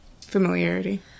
familiarity